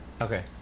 Okay